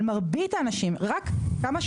אבל מרבית האנשים, רק כמה?